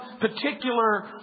particular